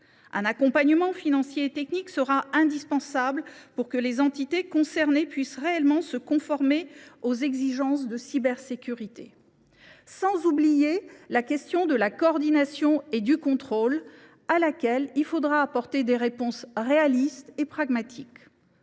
Un accompagnement financier et technique sera indispensable pour que les entités concernées puissent réellement se conformer aux exigences de cybersécurité. Je n’oublie pas la question de la coordination et du contrôle, à laquelle il faudra apporter des réponses réalistes et pragmatiques.